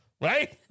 Right